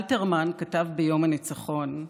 אלתרמן כתב ביום הניצחון: